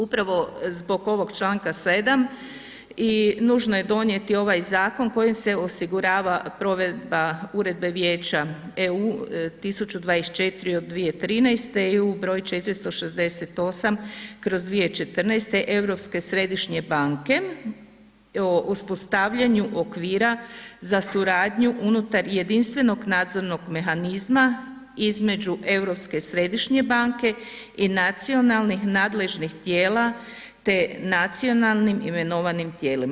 Upravo zbog ovog Članka 7. i nužno je donijeti ovaj zakon kojim se osigurava provedba Uredbe Vijeća EU 1024 od 2013. i EU broj 468/2014 Europske središnje banke o uspostavljanju okvira za suradnju unutar jedinstvenog nadzornog mehanizma između Europske središnje banke i nacionalnih nadležnih tijela te nacionalnim imenovanim tijelima.